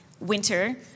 winter